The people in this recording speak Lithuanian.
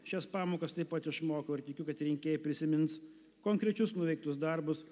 šias pamokas taip pat išmokau ir tikiu kad rinkėjai prisimins konkrečius nuveiktus darbus